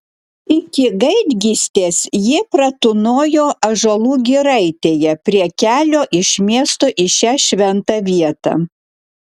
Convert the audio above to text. iki gaidgystės jie pratūnojo ąžuolų giraitėje prie kelio iš miesto į šią šventą vietą